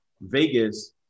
Vegas